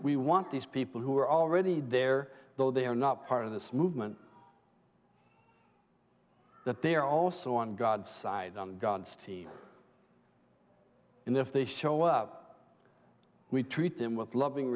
we want these people who are already there though they are not part of this movement that they are also on god's side on god's team in if they show up we treat them with loving